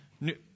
New